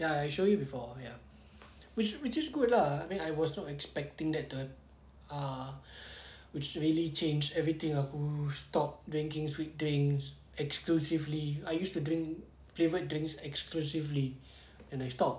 ya I show you before ya which which is good lah then I was not expecting that turn ah which really changed everything ah aku stop drinking sweet things exclusively I used to drink flavoured drinks exclusively and I stop